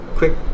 quick